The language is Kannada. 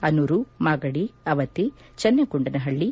ಅನೂರು ಮಾಗದಿ ಅವತಿ ಚೆನ್ನಗೊಂಡನಹಳ್ಳಿ